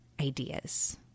ideas